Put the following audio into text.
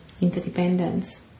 interdependence